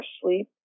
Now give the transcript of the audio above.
sleep